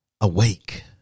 awake